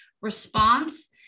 response